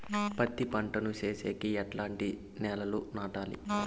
పత్తి పంట ను సేసేకి ఎట్లాంటి నేలలో నాటాలి?